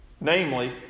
Namely